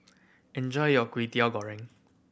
enjoy your Kwetiau Goreng